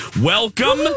Welcome